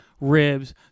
ribs